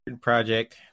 project